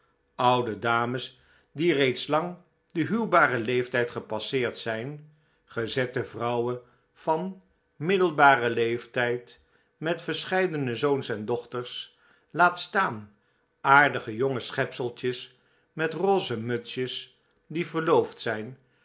oude dames die reeds lang den huwbaren leeftijd gepasseerd zijn gezette vrouwen van middelbaren leeftijd met verscheidene zoons en dochters laat staan aardige jonge schepseltjes met rose mutsjes die verloofd zijn